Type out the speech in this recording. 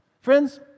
Friends